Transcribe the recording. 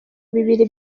bibiri